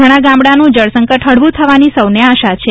ઘણા ગામડાનું જળસંકટ હળવું થવાની સૌને આશા છે